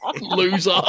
loser